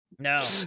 No